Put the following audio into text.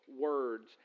words